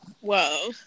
Whoa